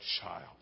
child